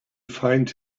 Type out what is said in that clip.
find